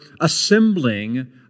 assembling